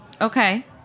Okay